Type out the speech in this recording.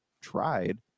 tried